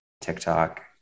tiktok